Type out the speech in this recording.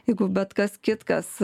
jeigu bet kas kitkas